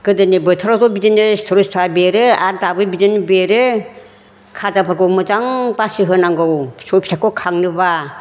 गोदोनि बोथोरावथ बिदिनो सिथर सिथार बेरो आरो दाबो बिदिनो बेरो खाजाफोरखौ मोजां बासिहोनांगौ फिसौ फिसाखौ खांनोब्ला